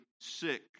sick